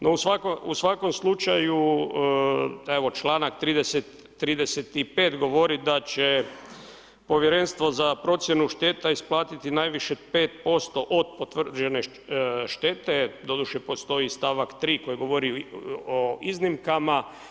No u svakom slučaju evo članak 35. govori da će Povjerenstvo za procjenu šteta isplatiti najviše 5% od potvrđene štete, doduše postoji stavak 3. koji govori o iznimkama.